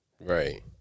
Right